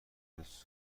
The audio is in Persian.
روز